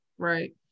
Right